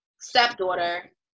stepdaughter